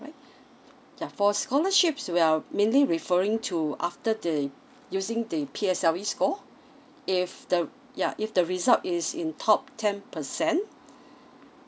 alright yeah for scholarships we're mainly referring to after they using the P_S_L_E score if the yeah if the result is in top ten percent